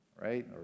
right